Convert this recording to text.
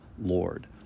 Lord